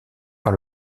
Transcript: par